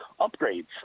upgrades